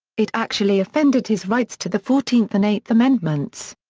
it actually offended his rights to the fourteenth and eighth amendments.